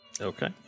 Okay